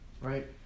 right